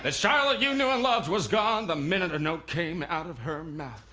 ah charlotte you knew and loved was gone the minute a note came out of her mouth.